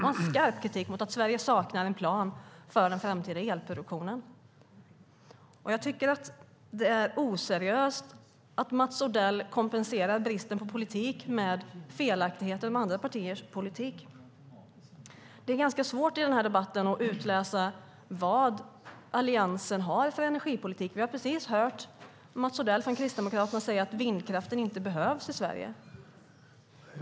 De har skarp kritik mot att Sverige saknar en plan för den framtida elproduktionen. Jag tycker att det är oseriöst att Mats Odell kompenserar bristen på politik med felaktigheter om andra partiers politik. Det är ganska svårt att utläsa i debatten vad Alliansen har för energipolitik. Vi har precis hört Mats Odell från Kristdemokraterna säga att vindkraften inte behövs i Sverige.